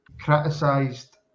criticised